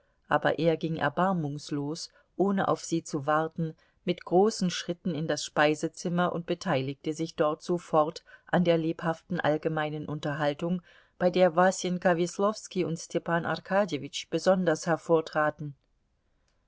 aber er ging erbarmungslos ohne auf sie zu warten mit großen schritten in das speisezimmer und beteiligte sich dort sofort an der lebhaften allgemeinen unterhaltung bei der wasenka weslowski und stepan arkadjewitsch besonders hervortraten